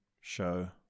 show